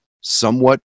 somewhat